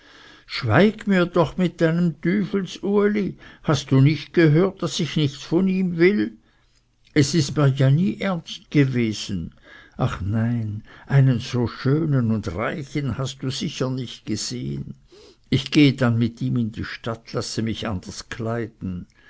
schweig mir doch mit deinem tüfels uli hast du nicht gehört daß ich nichts von ihm will es ist mir ja nie ernst gewesen ach nein einen so schönen und reichen hast du sicher nicht gesehen ich gehe dann mit ihm in die stadt lasse mich anders kleiden